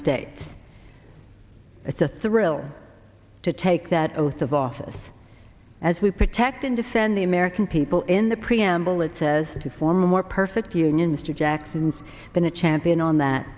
states it's a thrill to take that oath of office as we protect and defend the american people in the preamble it says to form a more perfect union mr jackson's been a champion on that